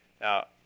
Now